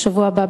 ובשבוע הבא,